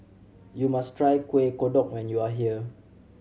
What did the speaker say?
you must try Kuih Kodok when you are here